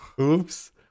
Oops